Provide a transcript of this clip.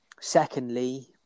Secondly